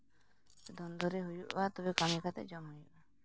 ᱫᱷᱚᱱ ᱫᱩᱨᱤᱵ ᱦᱩᱭᱩᱜᱼᱟ ᱛᱚᱵᱮ ᱠᱟᱹᱢᱤ ᱠᱟᱛᱮᱫ ᱡᱚᱢ ᱦᱩᱭᱩᱜᱼᱟ